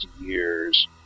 years